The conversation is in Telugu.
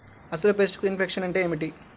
అసలు పెస్ట్ ఇన్ఫెక్షన్ అంటే ఏమిటి?